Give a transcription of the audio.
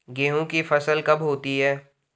गेहूँ की फसल कब होती है?